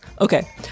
Okay